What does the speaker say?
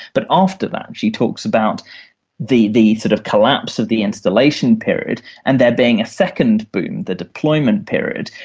but after that she talks about the the sort of collapse of the installation period and there being a second boom, the deployment period,